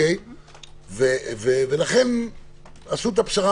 ולכן עשו את הפשרה